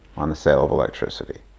on the sale of electricity,